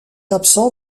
absent